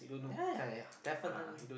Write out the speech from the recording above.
ya ya ya definitely